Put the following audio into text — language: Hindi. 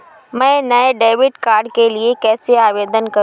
मैं नए डेबिट कार्ड के लिए कैसे आवेदन करूं?